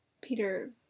Peter